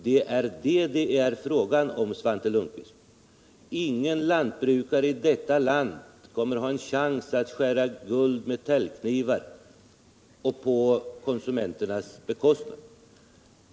Det är detta det är frågan om, Svante Lundkvist. Ingen lantbrukare i detta land kommer att ha en chans att skära guld med täljknivar på konsumenternas bekostnad.